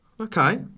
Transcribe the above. Okay